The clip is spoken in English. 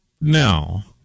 now